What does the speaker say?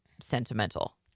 sentimental